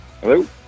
Hello